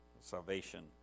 Salvation